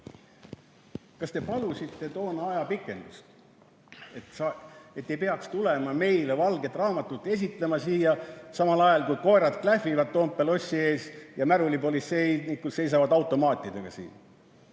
Kas te palusite toona ajapikendust, et ei peaks tulema meile valget raamatut esitlema siia samal ajal, kui koerad klähvivad Toompea lossi ees ja märulipolitseinikud seisavad siin automaatidega?